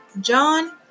John